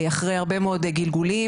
אחרי הרבה מאוד גלגולים,